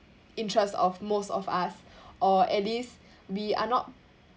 interest of most of us or at least we are not